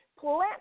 plant